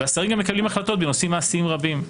השרים גם מקבלים החלטות בנושאים מעשיים רבים,